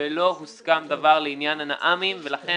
ולא הוסכם דבר לעניין הנע"מים ולכן,